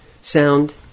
Sound